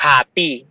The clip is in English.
Happy